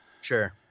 Sure